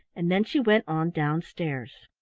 and then she went on down-stairs.